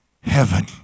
heaven